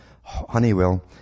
Honeywell